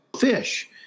fish